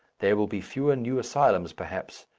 there will be fewer new asylums perhaps,